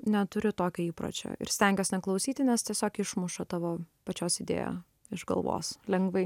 neturiu tokio įpročio ir stengiuos neklausyti nes tiesiog išmuša tavo pačios idėją iš galvos lengvai